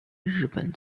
日本